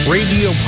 Radio